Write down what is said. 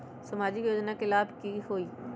सामाजिक योजना से की की लाभ होई?